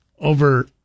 over